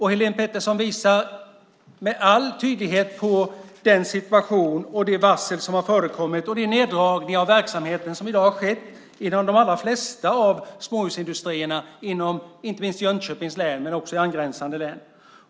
Helene Petersson visar med all tydlighet på den rådande situationen med varsel och neddragningar av verksamheten i de allra flesta småhusindustrierna, inte minst i Jönköpings län men också i angränsande län.